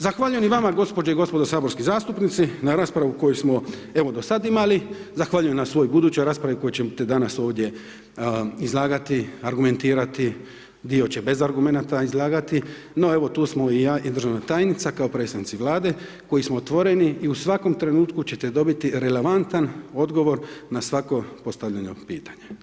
Zahvaljujem i vama gospođe i gospodo saborski zastupnici na raspravu koju smo evo do sad imali, zahvaljujem na svoj budućoj raspravi koju ćete danas ovdje izlagati, argumentirati, dio će bez argumenata izlagati, no tu smo i ja i državna tajnica kao predstavnici Vlade koji smo otvoreni i u svakom trenutku ćete dobiti relevantan odgovor na svako postavljeno pitanje.